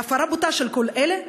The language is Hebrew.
בהפרה בוטה של כל אלה,